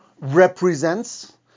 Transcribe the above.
represents